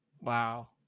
Wow